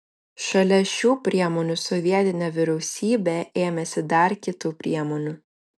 šalia šių priemonių sovietinė vyriausybė ėmėsi dar kitų priemonių